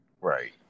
Right